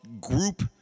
group